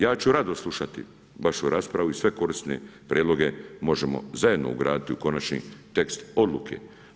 Ja ću rado slušati vašu raspravu i sve korisne prijedloge možemo zajedno ugraditi u konačni tekst odluke.